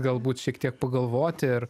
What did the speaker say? galbūt šiek tiek pagalvoti ir